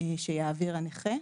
שיעביר הנכה,